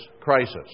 crisis